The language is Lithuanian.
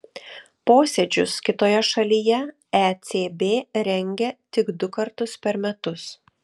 posėdžius kitoje šalyje ecb rengia tik du kartus per metus